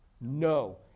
No